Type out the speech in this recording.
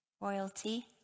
royalty